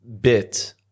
Bit